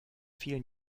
vielen